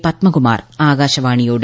പത്മകുമാർ ആകാശവാണിയോട്